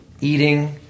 eating